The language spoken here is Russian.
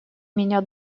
меня